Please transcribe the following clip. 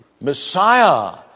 Messiah